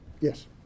Yes